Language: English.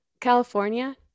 California